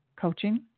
Coaching